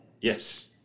Yes